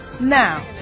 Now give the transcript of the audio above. Now